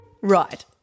Right